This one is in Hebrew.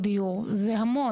זה לא יעזור.